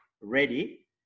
ready